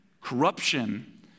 Corruption